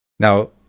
Now